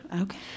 Okay